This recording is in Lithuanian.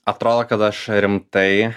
atrodo kad aš rimtai